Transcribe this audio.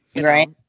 right